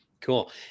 Cool